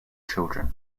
children